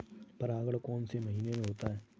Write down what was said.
परागण कौन से महीने में होता है?